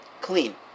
Clean